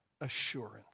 assurance